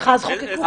תחפשי.